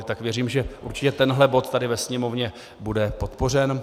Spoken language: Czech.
Tak věřím, že určitě tenhle bod tady ve Sněmovně bude podpořen.